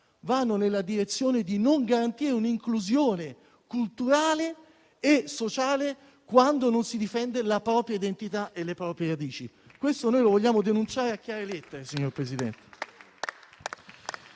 ma nella direzione di non garantire l'inclusione culturale e sociale, senza difendere la propria identità e le proprie radici. Vogliamo denunciarlo a chiare lettere, signor Presidente.